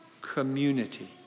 community